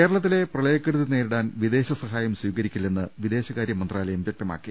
കേരളത്തിലെ പ്രളയക്കെടുതി നേരിട്ടാൻ വിദേശ സഹായം സ്വീകരിക്കില്ലെന്ന് വിദേശകാര്യ മന്ത്രാലയം വ്യക്ത മാക്കി